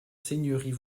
seigneuries